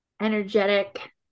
energetic